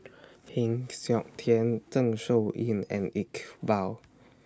Heng Siok Tian Zeng Shouyin and Iqbal